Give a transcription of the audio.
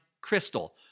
Crystal